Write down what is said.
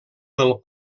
del